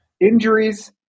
injuries